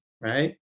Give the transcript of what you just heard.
right